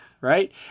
right